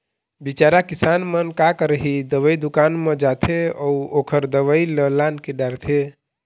बिचारा किसान मन का करही, दवई दुकान म जाथे अउ ओखर दवई ल लानके डारथे